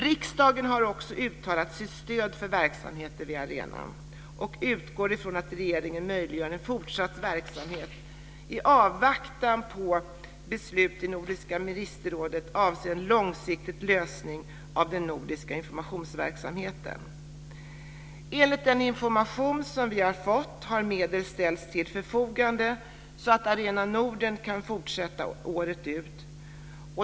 Riksdagen har också uttalat sitt stöd för verksamheten vid arenan och utgått från att regeringen möjliggör en fortsatt verksamhet i avvaktan på beslut i Nordiska ministerrådet avseende en långsiktig lösning av den nordiska informationsverksamheten. Enligt den information som vi har fått har medel ställts till förfogande så att Arena Norden kan fortsätta året ut.